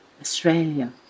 Australia